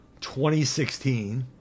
2016